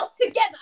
together